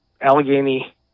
Allegheny